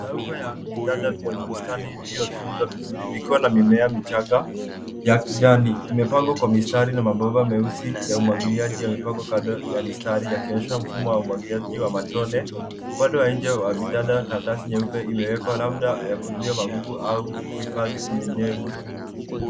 Dauko ya vitanda vya bustani vilivyotunzwa vizuri vikiwa na mimea michanga ya kijani imepangwa kwa mistari na mabomba meusi ya umwagiliaji yamepangwa kando ya mistari yakionyesha mfumo wa umwagiliaji wa matone. Upande wa nje wa vitanda, karatasi nyeupe imewekwa labda ya kuzuia magugu au kuhifadhi unyenyevu.